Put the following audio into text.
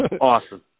Awesome